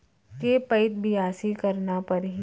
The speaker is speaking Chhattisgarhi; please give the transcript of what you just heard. के पइत बियासी करना परहि?